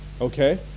Okay